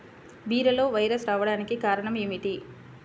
బీరలో వైరస్ రావడానికి కారణం ఏమిటి?